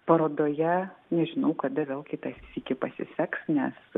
parodoje nežinau kada vėl kitą sykį pasiseks nes